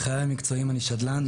בחיי המקצועיים אני שדלן,